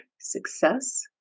success